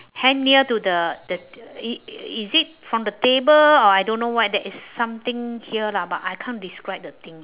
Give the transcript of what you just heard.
hang near to the the t~ i~ is it from the table or I don't know what there is something here lah but I can't describe the thing